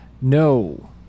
No